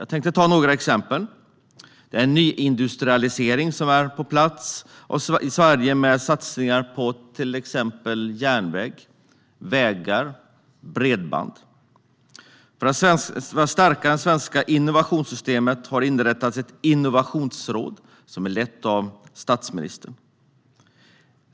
Jag tänkte ta några exempel: En nyindustrialisering är på plats i Sverige med satsningar på till exempel järnväg, vägar och bredband. För att stärka det svenska innovationssystemet har det inrättats ett innovationsråd som leds av statsministern.